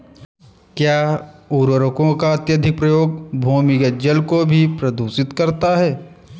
क्या उर्वरकों का अत्यधिक प्रयोग भूमिगत जल को भी प्रदूषित करता है?